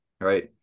Right